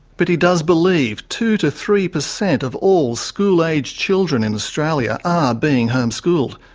but he does believe two to three per cent of all school age children in australia are being homeschooled.